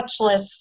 touchless